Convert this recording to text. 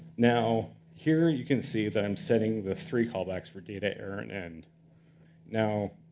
now, here you can see that i'm setting the three callbacks for data error. and and now,